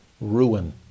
ruin